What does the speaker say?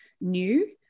new